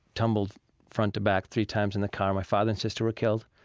tumbled front to back three times in the car my father and sister were killed.